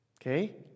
Okay